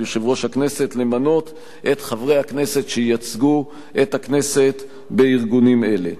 של יושב-ראש הכנסת למנות את חברי הכנסת שייצגו את הכנסת בארגונים אלה.